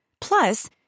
Plus